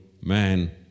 man